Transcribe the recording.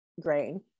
grain